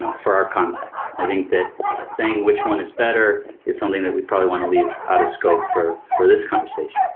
for our context. i think that saying, which one is better? is something that we probably want to leave out of scope for for this conversation.